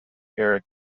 eric